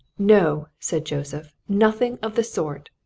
no! said joseph. nothing of the sort.